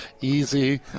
Easy